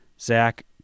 Zach